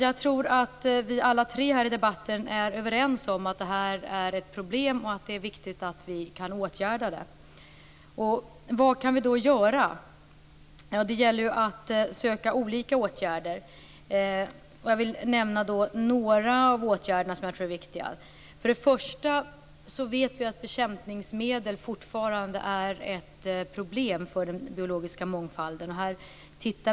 Jag tror att vi alla tre här i debatten är överens om att detta är ett problem, och att det är viktigt att vi kan åtgärda det. Vad kan vi då göra? Det gäller att söka olika åtgärder. Jag vill nämna några åtgärder som jag tror är viktiga. För det första vet vi att bekämpningsmedel fortfarande är ett problem för den biologiska mångfalden.